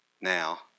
now